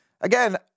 again